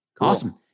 Awesome